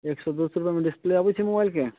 एक सए दू सए रूपैआमे डिसप्ले अबैत छै मोबाइलके